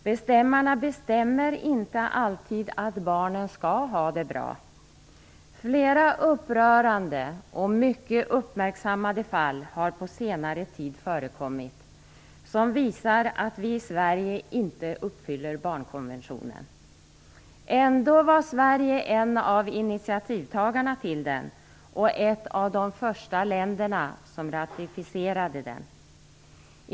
De bestämmer inte alltid att barnen skall ha det bra. Det har på senare tid förekommit flera upprörande och mycket uppmärksammade fall som visar att vi i Sverige inte uppfyller barnkonventionen. Ändå var Sverige en av initiativtagarna till den, och ett av de första länderna som ratificerade den.